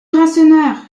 rasseneur